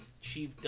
chief